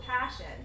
passion